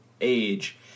age